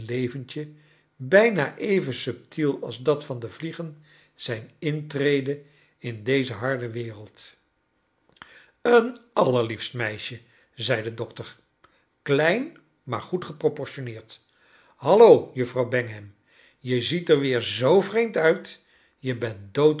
leventje bijna even subtiel als dat van de vliegen zijn intrede in deze harde wereld een allerliefst meisje zei de dokter klein maar goed geproportionneerd hallo juffrouw bangham je ziet er weer zoo vreemd uit je bent